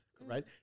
right